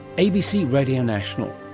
abc radio national,